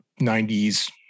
90s